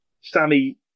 Sammy